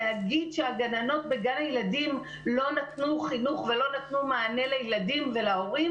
להגיד שהגננות בגן הילדים לא נתנו חינוך ולא נתנו מענה לילדים ולהורים